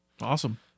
Awesome